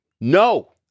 no